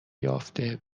یافته